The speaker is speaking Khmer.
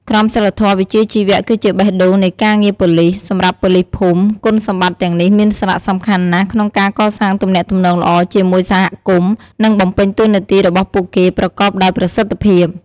ក្រមសីលធម៌វិជ្ជាជីវៈគឺជាបេះដូងនៃការងារប៉ូលីស សម្រាប់ប៉ូលីសភូមិ គុណសម្បត្តិទាំងនេះមានសារៈសំខាន់ណាស់ក្នុងការកសាងទំនាក់ទំនងល្អជាមួយសហគមន៍ និងបំពេញតួនាទីរបស់ពួកគេប្រកបដោយប្រសិទ្ធភាព។